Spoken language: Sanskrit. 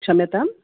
क्षम्यताम्